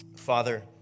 Father